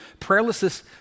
prayerlessness